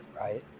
right